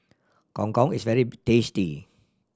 Gong Gong is very tasty